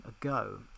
ago